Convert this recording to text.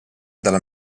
dalla